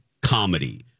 comedy